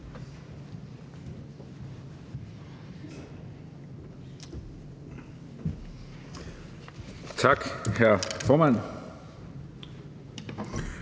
Tak, hr. formand.